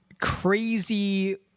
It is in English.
crazy